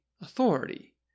authority